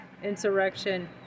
insurrection